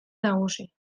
nagusi